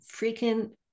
freaking